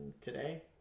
today